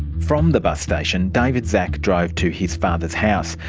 from the bus station david szach drove to his father's house.